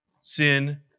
Sin